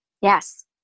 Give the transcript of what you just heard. Yes